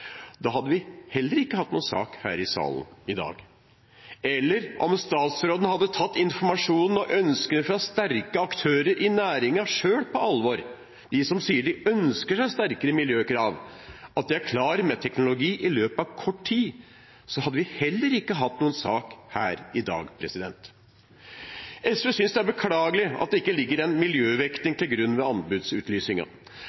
hadde vi ikke hatt noen sak her i salen i dag. Om statsråden hadde tatt informasjonen og ønsket fra sterke aktører i næringen selv på alvor, fra dem som sier at de ønsker seg sterkere miljøkrav og er klar med teknologi i løpet av kort tid, hadde vi heller ikke hatt noen sak her i dag. SV synes det er beklagelig at det ikke ligger en